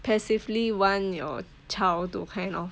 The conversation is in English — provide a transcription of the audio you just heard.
passively want your child to kind of